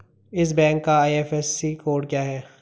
इस बैंक का IFSC code क्या है?